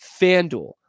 Fanduel